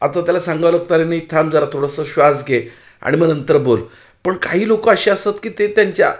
आता त्याला सांगावं लागतं अरे नाही थांब जरा थोडंसं श्वास घे आणि मग नंतर बोल पण काही लोकं असे असतात की ते त्यांच्या